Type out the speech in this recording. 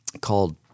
called